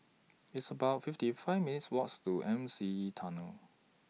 It's about fifty one minutes' Walk to M C E Tunnel